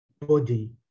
body